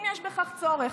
אם יש בכך צורך.